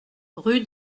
rue